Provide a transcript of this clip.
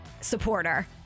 supporter